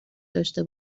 داشته